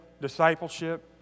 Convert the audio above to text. discipleship